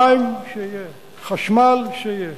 מים, שיהיה, חשמל, שיהיה.